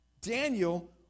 Daniel